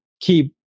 keep